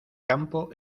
campo